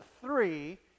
three